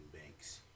Banks